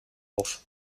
auf